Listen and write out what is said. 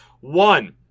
one